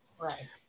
Right